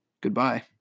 Goodbye